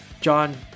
John